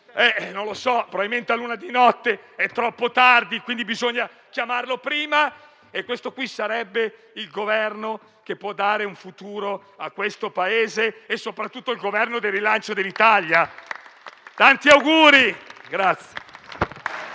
magari probabilmente all'una di notte è troppo tardi e, quindi, bisogna chiamarlo prima. Questo sarebbe il Governo che può dare un futuro al Paese e soprattutto il Governo del rilancio dell'Italia? Tanti auguri!